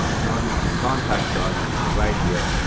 and obviously, contact us right here.